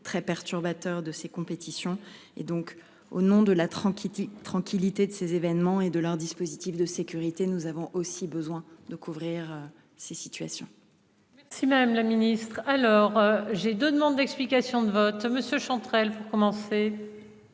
très perturbateur de ces compétitions, et donc au nom de la tranquillité tranquillité de ces événements et de leur dispositif de sécurité. Nous avons aussi besoin de couvrir ces situations. Si même la ministre alors j'ai 2 demandes d'explications de vote monsieur Chantrel pour commencer.